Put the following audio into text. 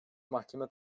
mahkeme